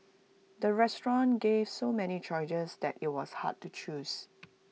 the restaurant gave so many choices that IT was hard to choose